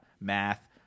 math